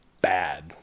bad